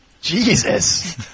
Jesus